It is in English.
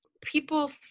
people